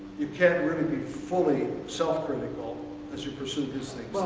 you can't really be fully self-critical as you pursue these things.